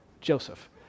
Joseph